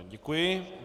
Děkuji.